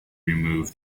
remove